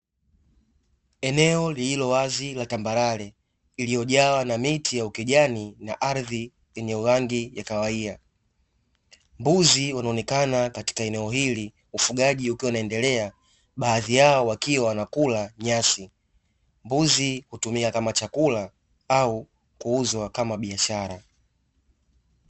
Eneo lililowazi la tambarare lililojawa na miti ya kijani na ardhi yenye rangi ya kahawia. Mbuzi wanaonekana katika eneo hili ufugaji ukiwa unaendelea baadhi yao wakiwa wanakula nyasi. Mbuzi hutumika kama chakula au kuuzwa kama biashara.